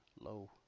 low